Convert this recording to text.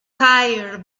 tire